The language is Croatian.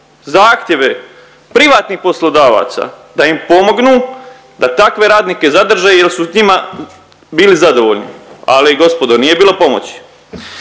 zahtjeve privatnih poslodavaca da im pomognu da takve radnike zadrže jer su njima bili zadovoljni, ali gospodo nije bilo pomoći.